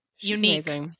unique